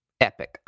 Epic